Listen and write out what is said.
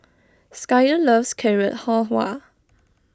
Skyler loves Carrot Halwa